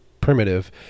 primitive